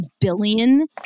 billion